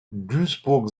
duisburg